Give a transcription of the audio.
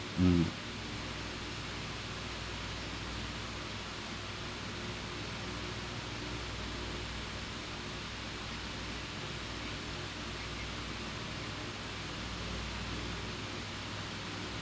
mm